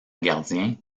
gardien